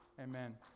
Amen